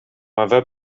avea